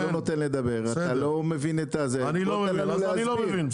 אתה לא נותן לדבר ואתה לא מבין אז תן להסביר.